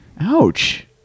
Ouch